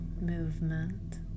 movement